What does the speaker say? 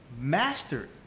mastered